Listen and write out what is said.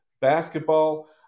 basketball